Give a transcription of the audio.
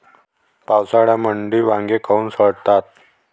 पावसाळ्यामंदी वांगे काऊन सडतात?